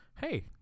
hey